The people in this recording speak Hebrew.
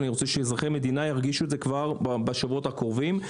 אני רוצה שאזרחי המדינה ירגישו את זה כבר בשבועות הקרובים.